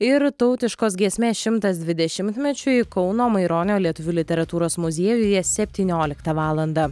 ir tautiškos giesmės šimtas dvidešimtmečiui kauno maironio lietuvių literatūros muziejuje septynioliktą valandą